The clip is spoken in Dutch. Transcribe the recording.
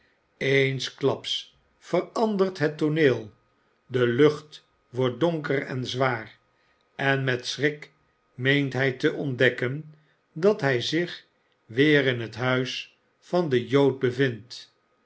eensklaps veranderd het tooneel de lucht wordt donker en zwaar en met schrik meent hij te ontdekken dat hij zich weer in het huis van den jood bevindt